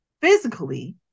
physically